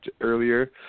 earlier